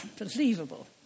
unbelievable